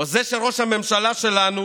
או זה שראש הממשלה שלנו